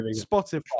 Spotify